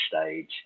stage